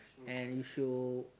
and if you